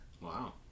wow